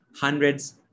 hundreds